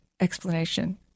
explanation